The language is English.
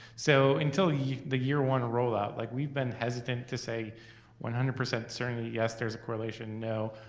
so until yeah the year one rollout, like we've been hesitant to say one hundred percent certainty, yes there's a correlation, no.